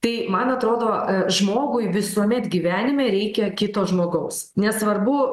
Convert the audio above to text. tai man atrodo žmogui visuomet gyvenime reikia kito žmogaus nesvarbu